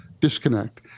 disconnect